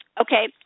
Okay